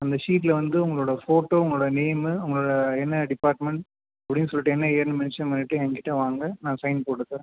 அந்த ஷீட்டில வந்து உங்களோட ஃபோட்டோ உங்களோட நேம்மு உங்களோட என்ன டிப்பார்ட்மெண்ட் அப்படின்னு சொல்லிவிட்டு என்ன இயர்ன்னு மென்ஷன் பண்ணிவிட்டு ஏங்கிட்ட வாங்க நான் சைன் போட்டுத்தரேன்